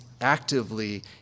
actively